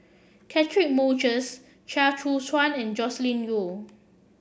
Catchick Moses Chia Choo Suan and Joscelin Yeo